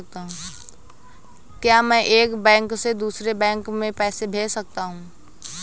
क्या मैं एक बैंक से दूसरे बैंक में पैसे भेज सकता हूँ?